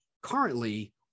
currently